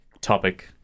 topic